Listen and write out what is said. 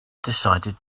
decided